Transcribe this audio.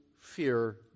fear